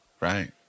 Right